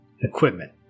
equipment